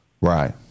Right